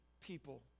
people